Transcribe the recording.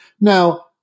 Now